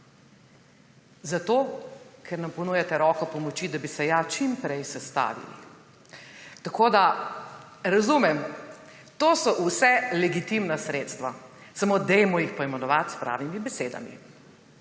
Zato, ker nam ponujate roko pomoči, da bi se ja čim prej sestavili. Tako da razumem, to so vse legitimna sredstva, samo dajmo jih poimenovati s pravimi besedami.